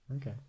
Okay